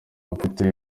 mfite